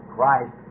Christ